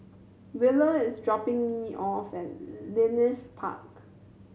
Wheeler is dropping me off at Leith Park